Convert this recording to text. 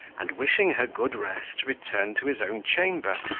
and wishing her good rest, returned to his own chamber,